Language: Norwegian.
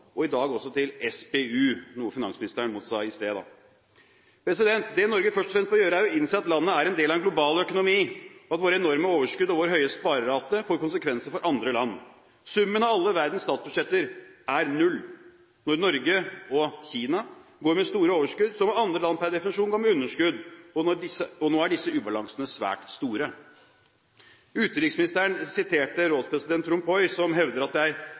og i dag også til SPU, noe finansministeren motsa i sted. Det Norge først og fremst må gjøre, er å innse at landet er en del av en global økonomi, og at våre enorme overskudd og vår sparerate får konsekvenser for andre land. Summen av alle verdens statsbudsjetter er null. Når Norge – og Kina – går med store overskudd, må andre land per definisjon gå med underskudd. Og nå er disse ubalansene svært store. Utenriksministeren siterte rådspresident van Rompuy, som hevder at